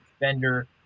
defender